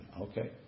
Okay